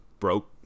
broke